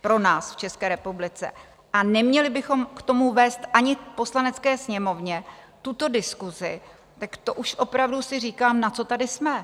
pro nás v České republice, a neměli bychom k tomu vést ani v Poslanecké sněmovně tuto diskusi, tak to už opravdu si říkám, na co tady jsme?